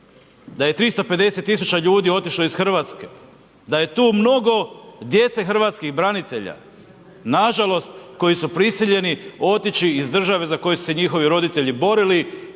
Da je 350 000 ljudi otišlo iz Hrvatske, da je tu mnogo djece hrvatskih branitelja nažalost koji su prisiljeni otići iz države za koju su se njihovi roditelji borili,